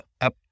up